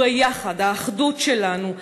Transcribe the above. הוא היחד, האחדות שלנו.